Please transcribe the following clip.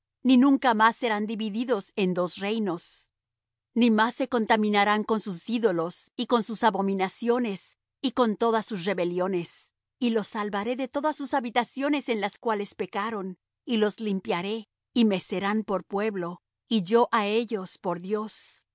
ni nunca más serán divididos en dos reinos ni más se contaminarán con sus ídolos y con sus abominaciones y con todas sus rebeliones y los salvaré de todas sus habitaciones en las cuales pecaron y los limpiaré y me serán por pueblo y yo á ellos por dios